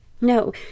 no